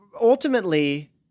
ultimately